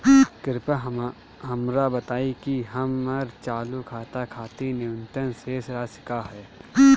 कृपया हमरा बताइं कि हमर चालू खाता खातिर न्यूनतम शेष राशि का ह